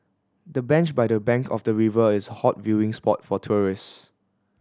the bench by the bank of the river is a hot viewing spot for tourist